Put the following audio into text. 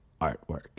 artwork